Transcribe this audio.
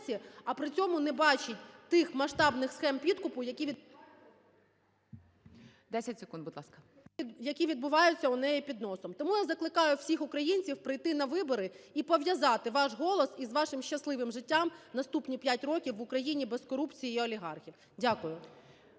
10 секунд, будь ласка ОСТРІКОВА Т.Г. … які відбуваються у неї під носом. Тому я закликаю всіх українців прийти на вибори і пов'язати ваш голос із вашим щасливим життям наступні 5 років в Україні без корупції і олігархів. Дякую.